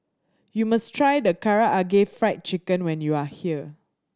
you must try Karaage Fried Chicken when you are here